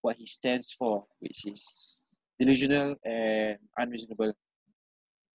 what he stands for which is delusional and unreasonable